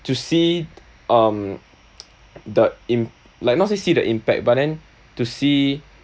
to see um the im~ like not say see the impact but then to see